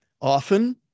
often